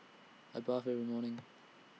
I bath every morning